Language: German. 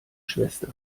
schwester